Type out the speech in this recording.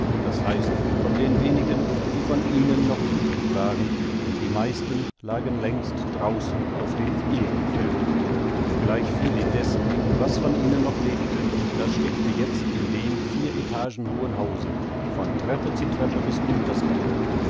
das heißt von den wenigen die von ihnen noch übrig waren denn die meisten lagen längst draußen auf dem ehrenfelde gleichviel indeß was von ihnen noch lebte das steckte jetzt in dem vier etagen hohen hause von treppe zu treppe bis unters dach